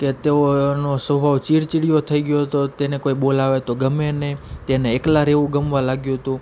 કે તેઓનો સ્વભાવ ચીડચિડીયો થઈ ગયો હતો તેને કોઈ બોલાવે તો ગમે નહીં તેને એકલા રહેવું ગમવા લાગ્યું હતું